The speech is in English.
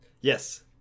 Yes